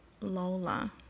Lola